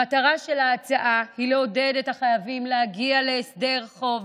המטרה של ההצעה היא לעודד את החייבים להגיע להסדר חוב,